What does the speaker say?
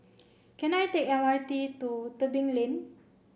can I take M R T to Tebing Lane